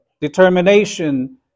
determination